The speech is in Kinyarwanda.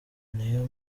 niyo